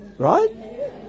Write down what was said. Right